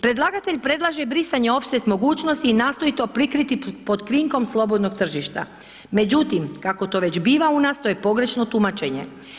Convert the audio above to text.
Predlagatelj predlaže brisanje ofset mogućnosti i nastoji to prikriti pod krinkom slobodnog tržišta, međutim, kako to već bila u nas, to je pogrešno tumačenje.